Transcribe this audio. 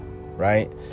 right